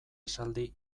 esaldi